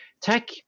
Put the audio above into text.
tech